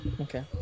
Okay